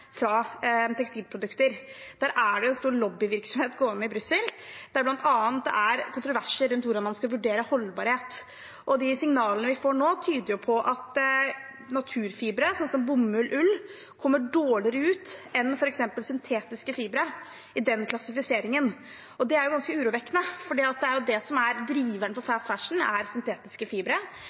fra tekstilprodukter. Der er det stor lobbyvirksomhet gående i Brussel, der det bl.a. er kontroverser rundt hvordan man skal vurdere holdbarhet. De signalene vi får nå, tyder på at naturfibre, som bomull og ull, kommer dårligere ut enn f.eks. syntetiske fibre i den klassifiseringen. Det er ganske urovekkende, for det som er driverne for «fast fashion», er syntetiske fibre. Det er jo plasttyper som polyester, og vi vet at det